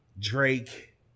Drake